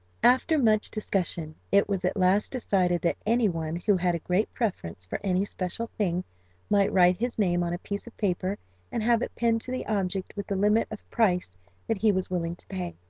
after much discussion, it was at last decided that any one who had a great preference for any special thing might write his name on a piece of paper and have it pinned to the object with the limit of price that he was willing to pay.